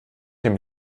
dem